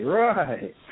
right